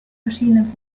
verschiedenen